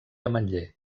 ametller